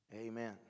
Amen